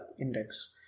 Index